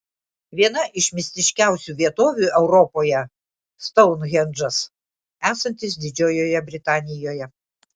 viena iš mistiškiausių vietovių europoje stounhendžas esantis didžiojoje britanijoje